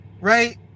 right